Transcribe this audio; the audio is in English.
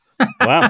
Wow